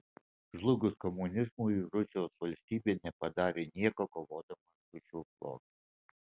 žlugus komunizmui rusijos valstybė nepadarė nieko kovodama su šiuo blogiu